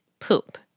poop